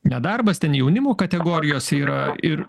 nedarbas ten jaunimo kategorijos yra ir